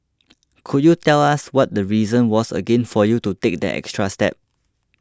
could you tell us what the reason was again for you to take that extra step